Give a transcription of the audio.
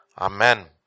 Amen